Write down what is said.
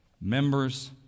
Members